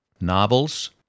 Novels